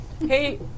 Hey